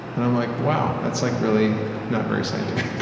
and i'm like, wow, that's like really not very scientific